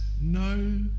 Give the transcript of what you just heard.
no